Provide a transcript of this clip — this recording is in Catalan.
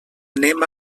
anem